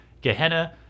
Gehenna